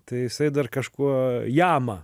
tai jisai dar kažkuo jama